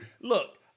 look